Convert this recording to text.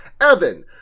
Evan